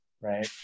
right